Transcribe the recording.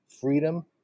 freedom